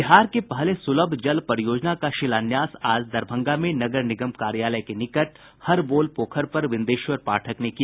बिहार के पहले सुलभ जल परियोजना का शिलान्यास आज दरभंगा मे नगर निगम कार्यालय के निकट हर बोल पोखर पर विंदेश्वर पाठक ने किया